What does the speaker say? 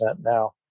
now